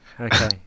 Okay